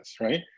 right